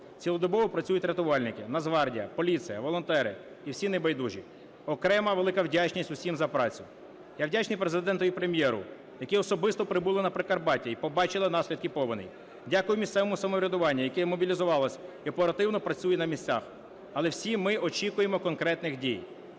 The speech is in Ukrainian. Цілодобово працюють рятувальники, Нацгвардія, поліція, волонтери і всі небайдужі. Окрема велика вдячність усім за працю. Я вдячний Президенту і Прем’єру, які особисто прибули на Прикарпаття і побачили наслідки повені. Дякую місцевому самоврядуванню, яке мобілізувалось і оперативно працює на місцях. Але всі ми очікуємо конкретних дій.